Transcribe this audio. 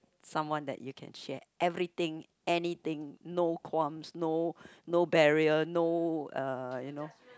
someone that you can share everything anything no qualms no no barrier no uh you know